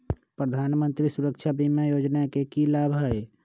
प्रधानमंत्री सुरक्षा बीमा योजना के की लाभ हई?